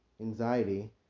Anxiety